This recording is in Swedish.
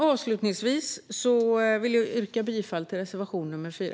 Avslutningsvis vill jag yrka bifall till reservation nr 4.